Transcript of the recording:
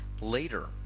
later